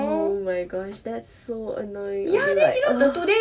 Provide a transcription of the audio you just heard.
oh my gosh that's so annoying I'm like ugh